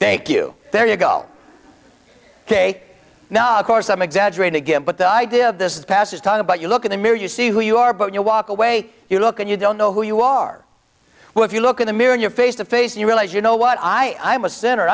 thank you there you go ok now of course i'm exaggerating again but the idea of this passage talking about you look in the mirror you see who you are but you walk away you look and you don't know who you are what if you look in the mirror in your face to face and you realize you know what i am a